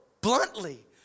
bluntly